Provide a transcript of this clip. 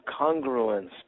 congruence